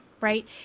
right